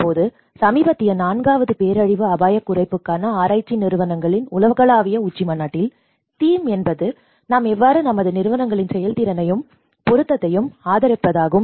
இப்போது சமீபத்திய நான்காவது பேரழிவு அபாயக் குறைப்புக்கான ஆராய்ச்சி நிறுவனங்களின் உலகளாவிய உச்சிமாநாட்டில் தீம் என்பது நாம் எவ்வாறு நமது நிறுவனங்களின் செயல்திறனையும் பொருத்தத்தையும் அதிகரிப்பதாகும்